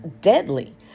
deadly